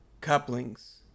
Couplings